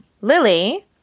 Lily